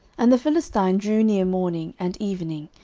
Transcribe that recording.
and the philistine drew near morning and evening,